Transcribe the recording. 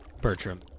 Bertram